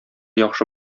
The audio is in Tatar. яхшы